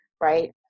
Right